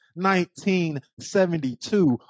1972